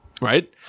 Right